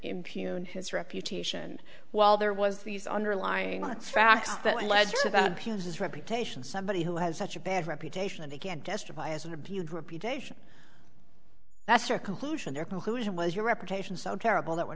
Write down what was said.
impugn his reputation while there was these underlying not facts that led to his reputation somebody who has such a bad reputation and he can't testify as interviewed reputation that's your conclusion there who is it was your reputation so terrible that we're